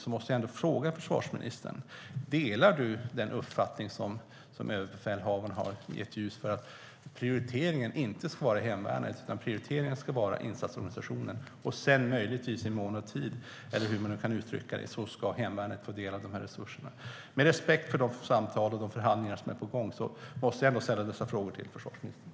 Därför måste jag ändå fråga försvarsministern om han delar den uppfattning som överbefälhavaren satt ljus på, nämligen att prioriteringen inte ska vara hemvärnet utan insatsorganisationen, och sedan, möjligtvis i mån av tid eller hur man nu kan uttrycka det, ska hemvärnet få del av de här resurserna. Med respekt för de samtal och förhandlingar som är på gång måste jag ändå ställa dessa frågor till försvarsministern.